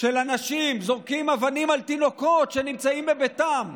של אנשים זורקים אבנים על תינוקות שנמצאים בביתם,